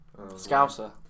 Scouser